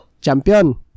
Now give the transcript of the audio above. Champion